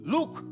Look